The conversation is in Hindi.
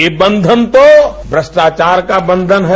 ये बंधन तो भ्रष्ट्राचार का बंधन है